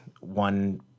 one